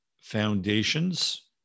foundations